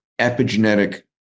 epigenetic